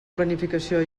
planificació